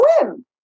swim